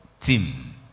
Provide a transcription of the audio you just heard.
team